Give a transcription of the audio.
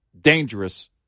dangerous